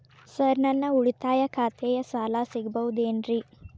Sir ನನ್ನ ಉಳಿತಾಯ ಖಾತೆಯ ಸಾಲ ಸಿಗಬಹುದೇನ್ರಿ?